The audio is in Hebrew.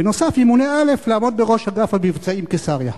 בנוסף ימונה א' לעמוד בראש אגף המבצעים 'קיסריה'".